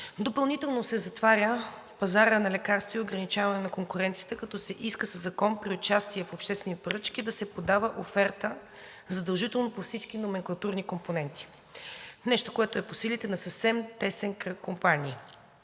допълнително се затваря пазарът на лекарства и се ограничава конкуренцията, като се иска със закон при участие в обществени поръчки да се подава оферта задължително по всички номенклатурни компоненти. Нещо, което е по силите на съвсем тесен кръг компании.